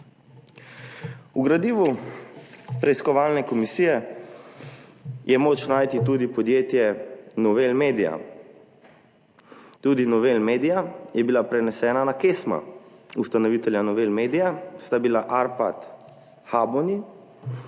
V gradivu preiskovalne komisije je moč najti tudi podjetjeNouvelle Media. Tudi Nouvelle Media je bila prenesena na KESMA. Ustanovitelja Nouvelle Media sta bila Arpad Habony